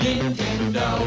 Nintendo